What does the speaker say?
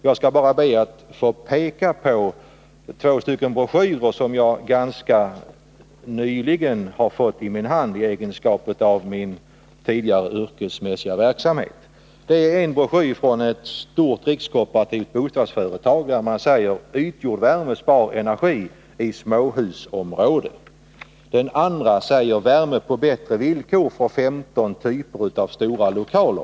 Jag skall be att få peka på två broschyrer som jag ganska nyligen har fått i min hand med anledning av min tidigare yrkesmässiga verksamhet. I en broschyr från ett stort kooperativt bostadsföretag säger man att ytjordvärmen spar energi i småhusområden. I den Lagregleringen andra broschyren talas om värme på bättre villkor för 15 typer av stora — qv ytjordvärmelokaler.